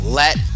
let